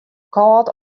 kâld